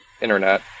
internet